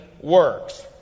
Works